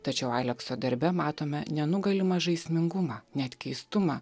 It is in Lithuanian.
tačiau alekso darbe matome nenugalimą žaismingumą net keistumą